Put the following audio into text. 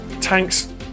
tanks